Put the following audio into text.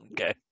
okay